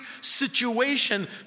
situation